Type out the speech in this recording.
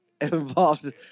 involves